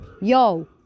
Yo